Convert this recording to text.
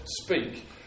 speak